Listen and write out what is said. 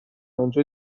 انجا